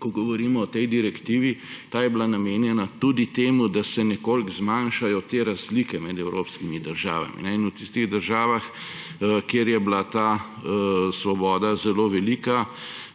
ko govorimo o tej direktivi, da ta je bila namenja tudi temu, da se nekoliko zmanjšajo te razlike med evropskimi državami. V tistih državah, kjer je bila ta svoboda zelo velika,